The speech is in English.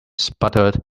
sputtered